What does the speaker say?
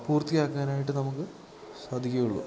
പൂർത്തിയാക്കാനായിട്ട് നമുക്ക് സാധിക്കുകയുള്ളു